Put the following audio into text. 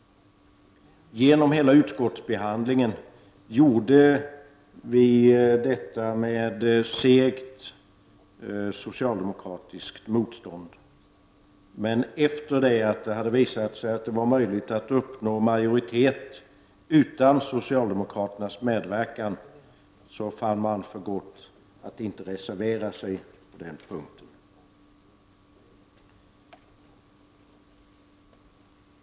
Genom hela utskottsbehandlingen gjorde vi detta med segt socialdemokratiskt motstånd. Men efter det att det hade visat sig vara möjligt att uppnå majoritet utan socialdemokraternas medverkan fann man för gott att inte reservera sig på den punkten.